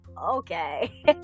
okay